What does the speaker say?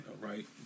right